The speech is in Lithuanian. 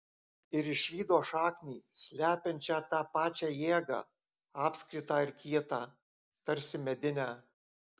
ir išvydo šaknį slepiančią tą pačią jėgą apskritą ir kietą tarsi medinę